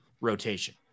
rotation